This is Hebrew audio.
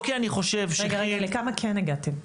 לכמה כן הגעתם?